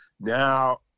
Now